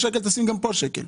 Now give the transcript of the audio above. שקל, שים גם שם שקל.